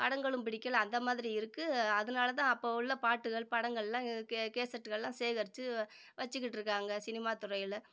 படங்களும் பிடிக்கலை அந்த மாதிரி இருக்குது அதனால் தான் அப்போ உள்ள பாட்டுகள் படங்களெலாம் கே கேசட்களெலாம் சேகரிச்சு வச்சுக்கிட்ருக்காங்க சினிமா துறையில்